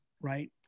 right